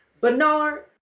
Bernard